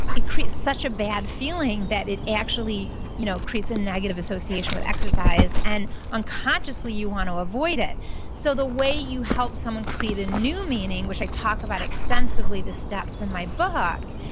it creates such a bad feeling that it actually you know creates a negative association with exercise, and unconsciously, you want to avoid it so the way you help someone create a new meaning, which i talk about extensively, the steps, in my book,